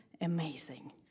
amazing